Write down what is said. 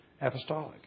apostolic